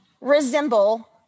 resemble